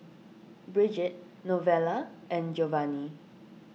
Bridgette Novella and Geovanni